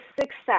success